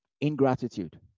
Ingratitude